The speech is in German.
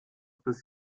bis